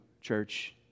church